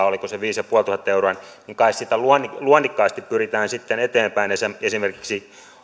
oliko se viisituhattaviisisataa euroa niin kai siitä luonnikkaasti pyritään sitten eteenpäin esimerkiksi